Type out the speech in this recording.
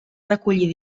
recollir